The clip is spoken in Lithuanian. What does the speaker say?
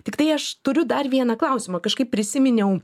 tiktai aš turiu dar vieną klausimą kažkaip prisiminiau